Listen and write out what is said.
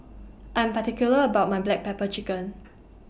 I'm particular about My Black Pepper Chicken